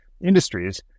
industries